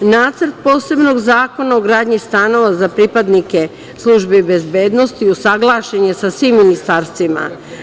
Nacrt posebnog zakona o gradnji stanova za pripadnike službi bezbednosti usaglašen je sa svim ministarstvima.